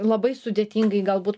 labai sudėtingai galbūt